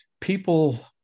people